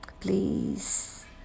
Please